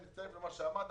אני מצטרף למה שאמרת,